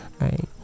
right